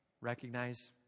Recognize